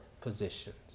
Positions